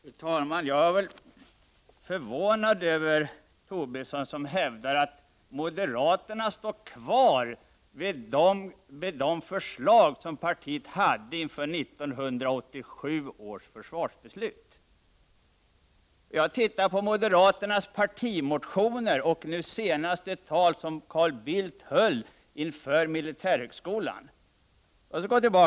Fru talman! Jag är förvånad över att Lars Tobisson hävdar att moderaterna står fast vid sina förslag inför 1987 års försvarsbeslut. Jag har läst moderaternas partimotioner och nu senast ett tal som Carl Bildt höll på militärhögskolan.